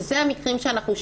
אלה המקרים שאנחנו שומעים.